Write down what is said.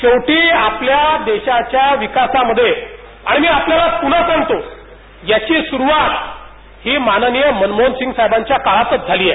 शेवटी आपल्या देशाच्या विकासामध्ये आणि मी आपल्याला पुन्हा सांगतो ह्याची सुरवात ही माननीय मनमोहन सिंग साहेबांच्या काळातच झाली आहे